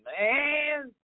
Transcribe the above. man